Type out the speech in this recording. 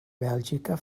bèlgica